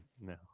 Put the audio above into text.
No